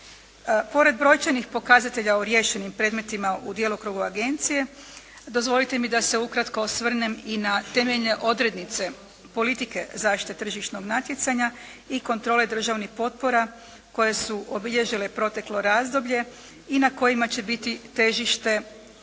Pored brojčanih pokazatelja o riješenim predmetima u djelokrugu Agencije dozvolite mi da se ukratko osvrnem i na temeljne odrednice politike zaštite tržišnog natjecanja i kontrole državnih potpora koje su obilježile proteklo razdoblje i na kojima će biti težište aktivnosti